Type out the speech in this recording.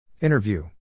Interview